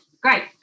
great